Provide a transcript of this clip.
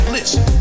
Listen